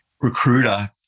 recruiter